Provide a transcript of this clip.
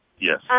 Yes